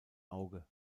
auge